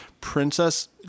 Princess